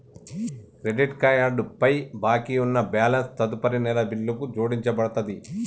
credit card పై బాకీ ఉన్న బ్యాలెన్స్ తదుపరి నెల బిల్లుకు జోడించబడతది